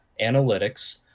analytics